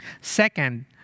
Second